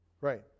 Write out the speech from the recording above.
Right